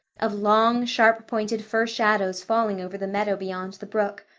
of long, sharp-pointed fir shadows falling over the meadow beyond the brook,